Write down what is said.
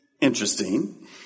Interesting